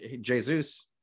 Jesus